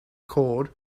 cord